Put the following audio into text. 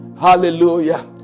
Hallelujah